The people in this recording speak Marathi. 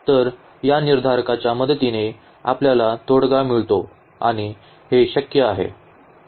तर या निर्धारकाच्या मदतीने आपल्याला तोडगा मिळतो आणि हे शक्य आहे